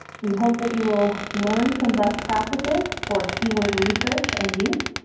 we hope that you will learn some best practices for keyword research and use,